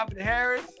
Harris